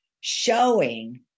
showing